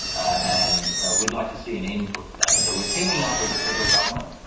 and we'd like to see an end put to that. so, we're teaming up with the federal government,